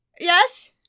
Yes